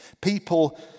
People